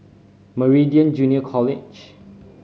Meridian Junior College